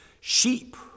sheep